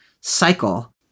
cycle